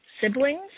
siblings